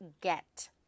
get